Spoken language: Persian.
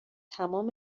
تمام